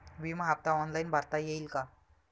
विमा हफ्ता ऑनलाईन भरता येईल का?